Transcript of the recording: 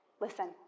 Listen